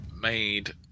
made